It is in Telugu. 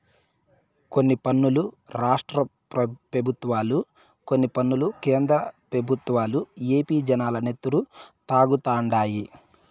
కొన్ని పన్నులు రాష్ట్ర పెబుత్వాలు, కొన్ని పన్నులు కేంద్ర పెబుత్వాలు ఏపీ జనాల నెత్తురు తాగుతండాయి